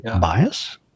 bias